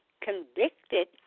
convicted